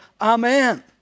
Amen